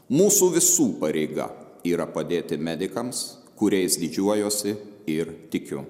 mūsų visų pareiga yra padėti medikams kuriais didžiuojuosi ir tikiu